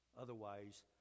Otherwise